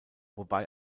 wobei